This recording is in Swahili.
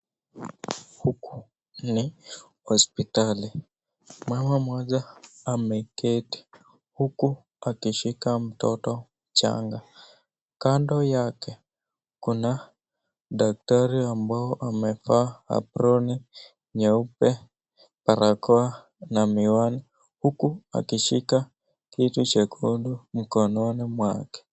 Huku ni hospitali. Mama mmoja ameketi huku akishika mtoto changa. Kando yake kuna daktari ambao amevaa amproni nyeupe, barakoa na miwani huku akishika kitu cha kondo mkononi mwake.